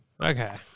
okay